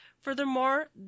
Furthermore